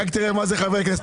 רק תראה מה זה חברי כנסת.